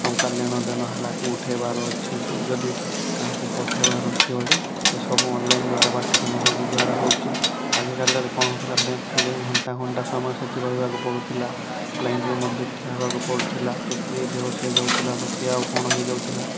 ଟଙ୍କା ଲେଣ ଦେନ ହେଲା କି ଉଠେଇବାର ଅଛି କି ଯଦି କାହାକୁ ପଠେଇବାର ଅଛି ବୋଲି ସେସବୁ ଅନ୍ଲାଇନ୍ ଦ୍ୱାରା ବା ଟେକ୍ନୋଲଜି ଦ୍ୱାରା ହେଉଛି ଆଗେ କାଲରେ କଣ ହେଉଥିଲା ବ୍ୟାଙ୍କ୍ କୁ ଯାଇ ଘଣ୍ଟା ଘଣ୍ଟା ସମୟ ସେଠି ରହିବାକୁ ପଡ଼ୁଥିଲା ଲାଇନ୍ରେ ମଧ୍ୟ ଠିଆ ହେବାକୁ ପଡ଼ୁଥିଲା ତ କିଏ ବେହୋସ ହୋଇଯାଉଥିଲା ତ କିଏ ଆଉ କଣ ହେଇଯାଉଥିଲା